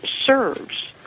serves